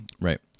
Right